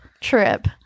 trip